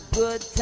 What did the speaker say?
good.